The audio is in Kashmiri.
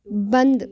بندٕ